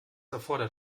erfordert